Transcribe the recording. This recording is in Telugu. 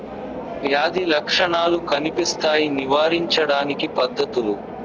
వ్యాధి లక్షణాలు కనిపిస్తాయి నివారించడానికి పద్ధతులు?